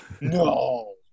No